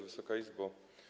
Wysoka Izbo!